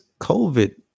COVID